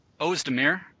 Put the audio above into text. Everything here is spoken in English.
Ozdemir